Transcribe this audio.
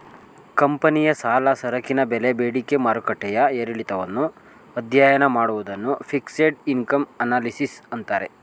ಕಂಪನಿಯ ಸಾಲ, ಸರಕಿನ ಬೆಲೆ ಬೇಡಿಕೆ ಮಾರುಕಟ್ಟೆಯ ಏರಿಳಿತವನ್ನು ಅಧ್ಯಯನ ಮಾಡುವುದನ್ನು ಫಿಕ್ಸೆಡ್ ಇನ್ಕಮ್ ಅನಲಿಸಿಸ್ ಅಂತಾರೆ